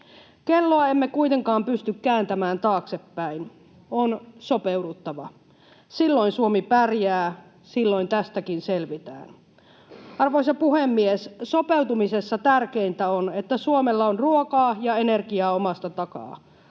Kelloa emme kuitenkaan pysty kääntämään taaksepäin. On sopeuduttava. Silloin Suomi pärjää. Silloin tästäkin selvitään. Arvoisa puhemies! Sopeutumisessa tärkeintä on, että Suomella on ruokaa ja energiaa omasta takaa.